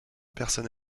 personne